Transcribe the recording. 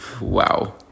wow